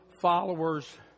followers